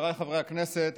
חבריי חברי הכנסת,